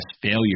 failure